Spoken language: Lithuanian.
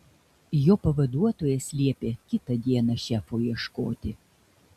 jo pavaduotojas liepė kitą dieną šefo ieškoti